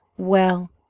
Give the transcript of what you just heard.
well,